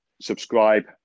subscribe